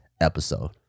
episode